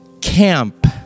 camp